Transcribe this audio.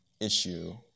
issue